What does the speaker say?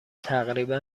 تقریبا